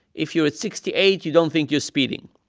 if you're at sixty eight, you don't think you're speeding.